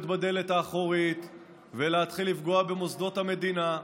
בדלת האחורית ולהתחיל לפגוע במוסדות המדינה.